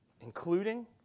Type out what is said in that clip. including